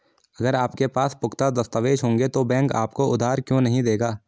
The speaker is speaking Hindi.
अगर आपके पास पुख्ता दस्तावेज़ होंगे तो बैंक आपको उधार क्यों नहीं देगा?